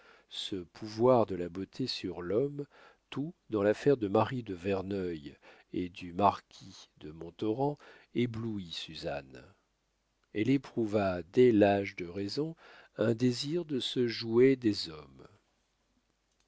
ce pouvoir de la beauté sur l'homme tout dans l'affaire de marie de verneuil et du marquis de montauran éblouit suzanne elle éprouva dès l'âge de raison un désir de se jouer des hommes